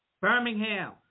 Birmingham